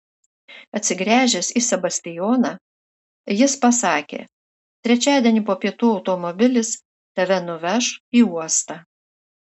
atsigręžęs į sebastijoną jis pasakė trečiadienį po pietų automobilis tave nuveš į uostą